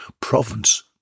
province